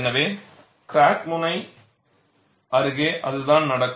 எனவே கிராக் முனை அருகே அதுதான் நடக்கும்